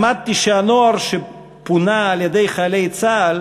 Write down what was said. למדתי שהנוער שפונה על-ידי חיילי צה"ל